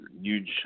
huge